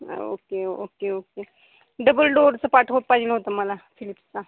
okay okay okay double डोअरचं पाठव पाहिजे होतं मला फिलिप्चा